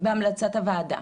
בהמלצת הוועדה.